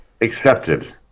accepted